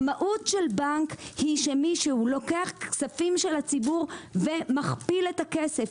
המהות של בנק היא שמישהו לוקח כספים של הציבור ומכפיל את הכסף,